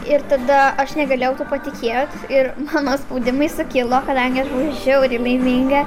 ir tada aš negalėjau patikėt ir mano spaudimai sukilo kadangi aš žiauriai laiminga